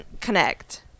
connect